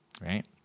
right